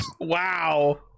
wow